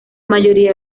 mayoría